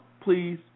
please